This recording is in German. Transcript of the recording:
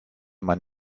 mein